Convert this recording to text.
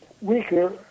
weaker